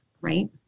right